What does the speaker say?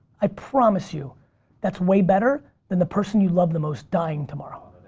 i promise you that's way better than the person you love the most dying tomorrow.